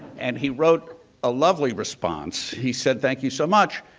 and he wrote a lovely response. he said, thank you so much.